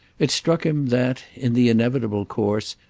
it struck him that, in the inevitable course,